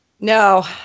No